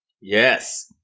Yes